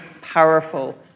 powerful